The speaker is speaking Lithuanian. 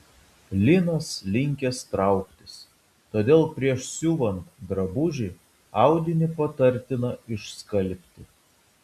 linas linkęs trauktis todėl prieš siuvant drabužį audinį patartina išskalbti